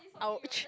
ouch